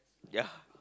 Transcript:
ya